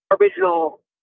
original